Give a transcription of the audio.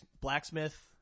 blacksmith